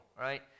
right